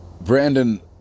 brandon